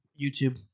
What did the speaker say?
youtube